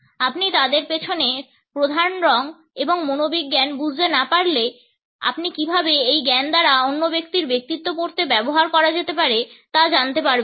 আপনি তাদের পিছনের প্রধান রঙ এবং মনোবিজ্ঞান বুঝতে না পারলে আপনি কীভাবে এই জ্ঞান দ্বারা অন্য ব্যক্তির ব্যক্তিত্ব পড়তে ব্যবহার করা যেতে পারে তা জানতে পারবেন না